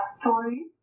story